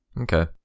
Okay